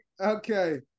Okay